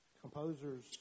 Composers